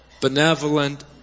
benevolent